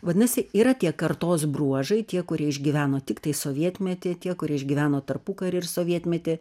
vadinasi yra tie kartos bruožai tie kurie išgyveno tiktai sovietmetį tie kurie išgyveno tarpukarį ir sovietmetį